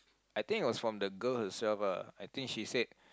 I think it was from the girl herself ah I think she said